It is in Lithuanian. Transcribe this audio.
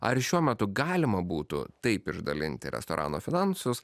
ar šiuo metu galima būtų taip išdalinti restorano finansus